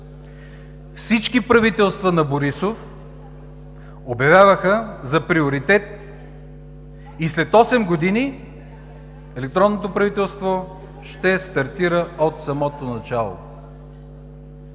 Всички правителства на Борисов обявяваха за приоритет и след 8 години електронното правителство ще стартира от самото начало.